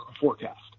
forecast